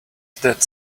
that